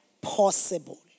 possible